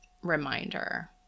reminder